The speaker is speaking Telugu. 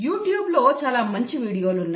యూట్యూబ్ లో చాలా మంచి వీడియోలు ఉన్నాయి